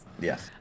Yes